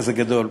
כזה גדול,